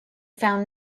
found